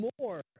more